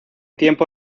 tiempo